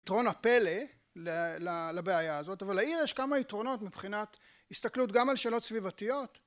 יתרון הפלא לבעיה הזאת אבל העיר יש כמה יתרונות מבחינת הסתכלות גם על שאלות סביבתיות